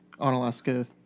Onalaska